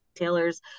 retailers